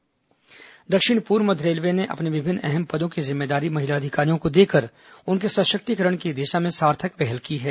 railway महिला सशक्तिकरण दक्षिण पूर्व मध्य रेलवे ने अपने विभिन्न अहम पदों की जिम्मेदारी महिला अधिकारियों को देकर उनके सशक्तिकरण की दिशा में सार्थक पहल की है